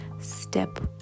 step